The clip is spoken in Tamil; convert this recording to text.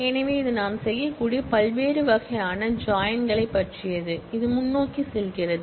எனவே இது நாம் செய்யக்கூடிய பல்வேறு வகையான ஜாயின் களைப் பற்றியது இது முன்னோக்கிச் செல்கிறது